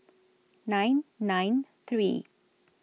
nine nine three